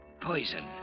Poison